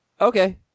Okay